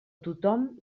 tothom